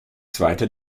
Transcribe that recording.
zweite